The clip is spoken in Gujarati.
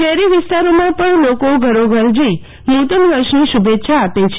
શહેરી વિસ્તારોમાં પણ લોકો ઘરોઘર જઈ નુતન વર્ષની શુભેચ્છા આપે છે